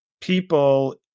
people